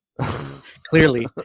Clearly